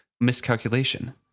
miscalculation